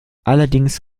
allerdings